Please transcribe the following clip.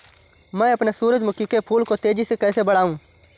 मैं अपने सूरजमुखी के फूल को तेजी से कैसे बढाऊं?